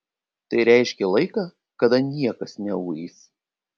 tai reiškė laiką kada niekas neuis